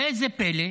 ראה זה פלא,